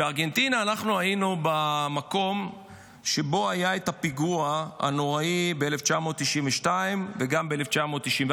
בארגנטינה היינו במקום שבו היה הפיגוע הנוראי ב-1992 וגם ב-1994.